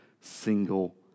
single